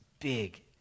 big